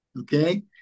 Okay